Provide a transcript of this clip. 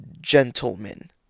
gentlemen